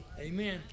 Amen